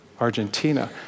Argentina